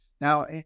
Now